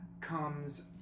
comes